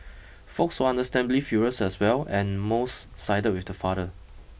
folks were understandably furious as well and most sided with the father